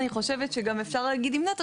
אני חושבת שגם אפשר להגיד עם נת"ע,